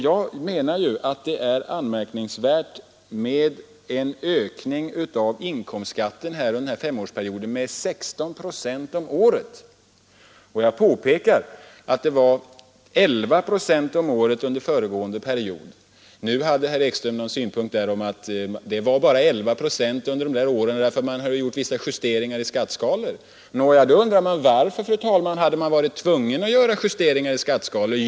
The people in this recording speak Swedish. Jag anser att det är anmärkningsvärt att det i utredningen har räknats med en ökning av inkomstskatten med 16 procent om året under en femårsperiod. Jag påpekar att ökningen var 11 procent om året under föregående period. Herr Ekström anförde synpunkten att ökningen under de åren var endast 11 procent därför att vissa justeringar hade gjorts i skatteskalorna. Då undrar jag: Varför, fru talman, hade man varit tvungen att göra justeringar i skatteskalorna?